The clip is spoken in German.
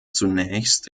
zunächst